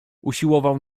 usiłował